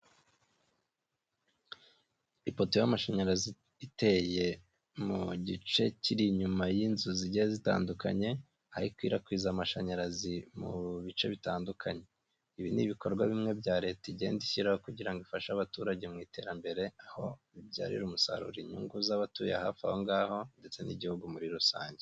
Ipoto y'amashanyarazi iteye mu gice kiri inyuma y'inzu zigiye zitandukanye, aho ikwirakwiza amashanyarazi mu bice bitandukanye, ibi ni ibikorwa bimwe bya leta igenda ishyiraho kugira ifashe abaturage mu iterambere, aho bibyarira umusaruro inyungu z'abatuye hafi aho ngaho ndetse n'igihugu muri rusange.